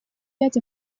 пять